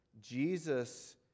Jesus